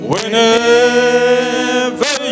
Whenever